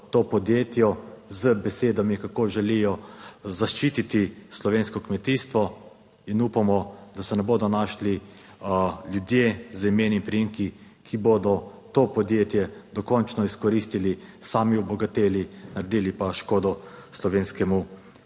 to podjetje z besedami, kako želijo zaščititi slovensko kmetijstvo in upamo, da se ne bodo našli ljudje z imeni in priimki, ki bodo to podjetje dokončno izkoristili, sami obogateli, naredili pa škodo slovenskemu